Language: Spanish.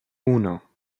uno